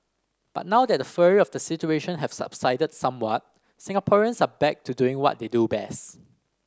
but now that the fury of the situation have subsided somewhat Singaporeans are back to doing what they do best